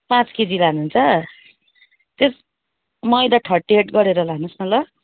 पाँच केजी लानुहुन्छ त्यस मैदा थर्टी एट गरेर लानुहोस् न ल